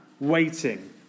Waiting